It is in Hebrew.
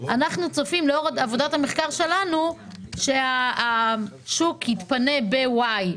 אנחנו צופים שהשוק יתפנה ב-Y.